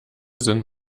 sind